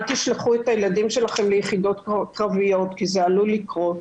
תשלחו את הילדים שלכם ליחידות קרביות כי זה עלול לקרות,